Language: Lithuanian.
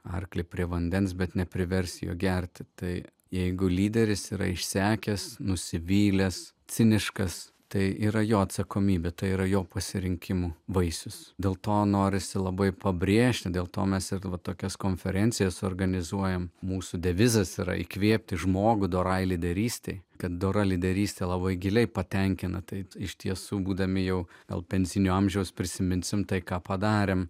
arklį prie vandens bet nepriversi jo gerti tai jeigu lyderis yra išsekęs nusivylęs ciniškas tai yra jo atsakomybė tai yra jo pasirinkimų vaisius dėl to norisi labai pabrėžti dėl to mes ir va tokias konferencijas organizuojame mūsų devizas yra įkvėpti žmogų dorai lyderystei kad dora lyderystė labai giliai patenkina taip iš tiesų būdami jau gal pensinio amžiaus prisiminsime tai ką padarėme